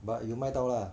but 有卖到啦